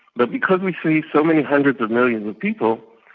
but because we see so many hundreds of millions of people,